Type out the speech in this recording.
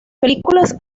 películas